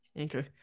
Okay